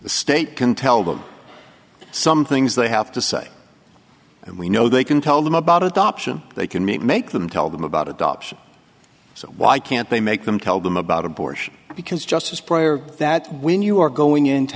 the state can tell them some things they have to say and we know they can tell them about adoption they can make make them tell them about adoption so why can't they make them tell them about abortion because justice breyer that when you are going in to